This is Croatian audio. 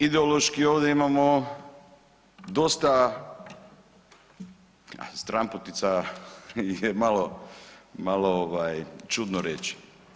Ideološki ovdje imamo dosta stranputica je malo, malo ovaj čudno reći.